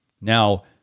Now